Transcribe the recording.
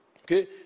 Okay